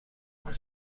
کورن